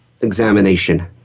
examination